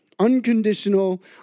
Unconditional